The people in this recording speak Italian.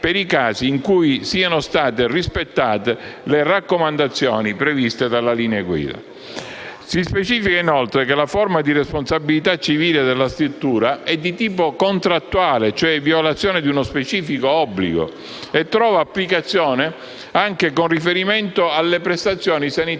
per i casi in cui siano state rispettate le raccomandazioni previste dalle linee guida. Si specifica, inoltre, che la forma di responsabilità civile della struttura è di tipo contrattuale (cioè violazione di uno specifico obbligo) e trova applicazione anche con riferimento alle prestazioni sanitarie